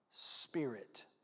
Spirit